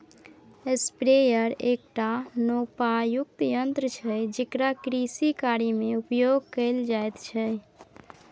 sprayer एकटा नोपानियुक्त यन्त्र छै जेकरा कृषिकार्यमे उपयोग कैल जाइत छै